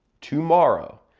tomorrow,